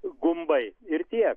gumbai ir tiek